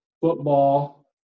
football